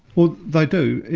well they do.